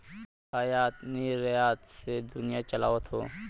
आयात निरयात से दुनिया चलत हौ